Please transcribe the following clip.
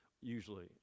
usually